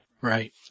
Right